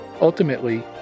Ultimately